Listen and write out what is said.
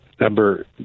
number